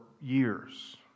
years